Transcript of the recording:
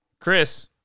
Chris